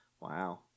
Wow